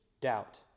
doubt